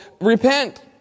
repent